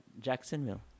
Jacksonville